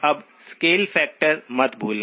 अब scale factor मत भूलना